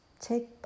take